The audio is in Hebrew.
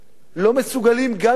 הם לא מסוגלים, גם אם הם עובדים.